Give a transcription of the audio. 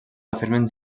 afirmen